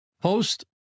post